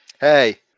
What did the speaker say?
hey